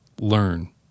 Learn